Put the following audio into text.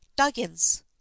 Duggins